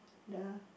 the